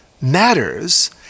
matters